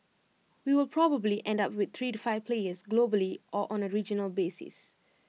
we will probably end up with three to five players globally or on A regional basis